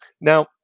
Now